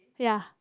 ya